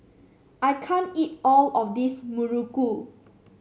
I can't eat all of this muruku